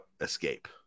escape